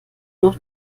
noch